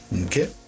okay